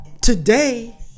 today